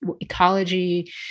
ecology